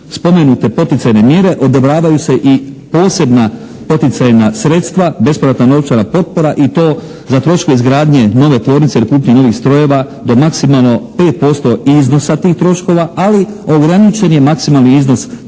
spomenute poticajne mjere odobravaju se i posebna poticajna sredstva, bespovratna novčana potpora i to za troškove izgradnje nove tvornice ili kupnje novih strojeva do maksimalno 5% iznosa tih troškova. Ali ograničen je maksimalni iznos te